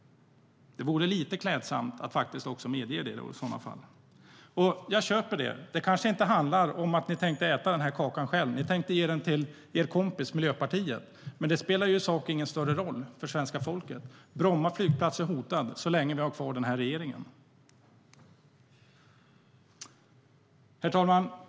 Det vore lite klädsamt att också medge det. Herr talman!